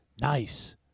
Nice